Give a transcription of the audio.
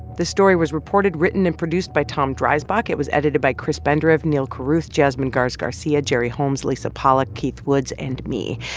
this story was reported, written and produced by tom dreisbach. it was edited by chris benderev, neal carruth, jasmine garsd garcia, gerry holmes, lisa pollock, keith woods and me.